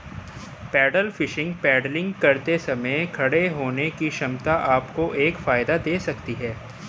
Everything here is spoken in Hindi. पैडल फिशिंग पैडलिंग करते समय खड़े होने की क्षमता आपको एक फायदा दे सकती है